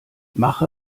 mache